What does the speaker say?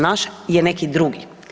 Naš je neki drugi.